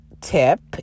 tip